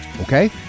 Okay